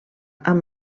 amb